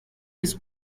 his